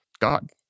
God